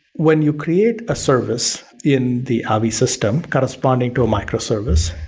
when you create a service in the avi system corresponding to a microservice,